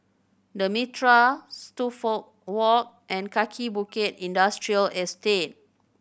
The Mitraa Walk and Kaki Bukit Industrial Estate